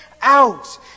out